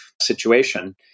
situation